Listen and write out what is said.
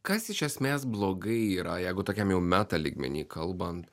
kas iš esmės blogai yra jeigu tokiam jau metalygmeny kalban